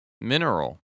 mineral